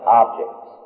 objects